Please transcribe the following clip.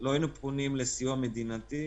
לא היינו פונים לסיוע מדינתי.